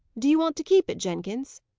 do you want to keep it, jenkins?